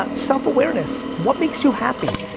ah self awareness. what makes you happy?